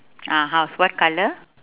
ah house what colour